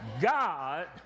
God